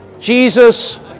Jesus